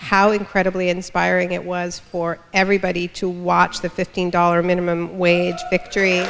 how incredibly inspiring it was for everybody to watch the fifteen dollar minimum wage victory